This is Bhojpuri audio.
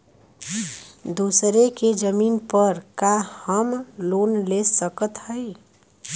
दूसरे के जमीन पर का हम लोन ले सकत हई?